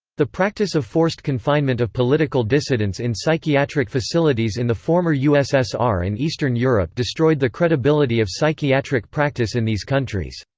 the practice of forced confinement of political dissidents in psychiatric facilities in the former ussr and eastern europe destroyed the credibility of psychiatric practice in these countries.